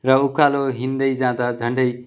र उकालो हिँड्दै जाँदा झन्डै